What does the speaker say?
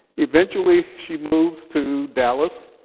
eventually she moves to dallas.